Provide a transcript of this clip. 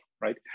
right